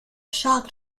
shocked